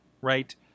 right